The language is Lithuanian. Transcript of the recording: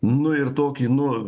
nu ir tokį nu